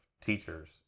teachers